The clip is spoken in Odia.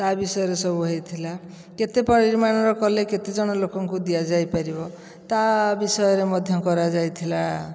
ତା' ବିଷୟରେ ସବୁ ହୋଇଥିଲା କେତେ ପରିମାଣର କଲେ କେତେଜଣ ଲୋକଙ୍କୁ ଦିଆଯାଇପାରିବ ତା ବିଷୟରେ ମଧ୍ୟ କରାଯାଇଥିଲା